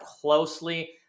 closely